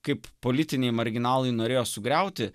kaip politiniai marginalai norėjo sugriauti